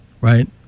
right